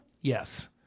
Yes